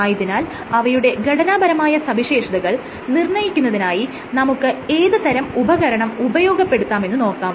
ആയതിനാൽ അവയുടെ ഘടനാപരമായ സവിശേഷതകൾ നിർണ്ണയിക്കുന്നതിനായി നമുക്ക് ഏത് തരം ഉപകരണം ഉപയോഗപ്പെടുത്താമെന്ന് നോക്കാം